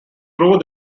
through